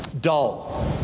Dull